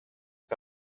que